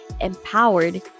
empowered